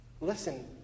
Listen